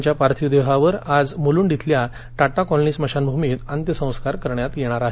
त्यांच्या पार्थिव देहावर आज सकाळी मुलुंड इथल्या टाटा कॉलनी स्मशनाभूमीत अंत्यसंस्कार करण्यात येणार आहेत